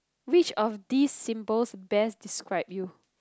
which of these symbols best describe you